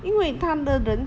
因为他的人